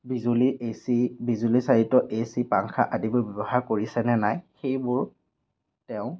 Bijuli A C বিজুলী চালিত A C পাংখা আদিবোৰ ব্যৱহাৰ কৰিছে নে নাই সেইবোৰ তেওঁ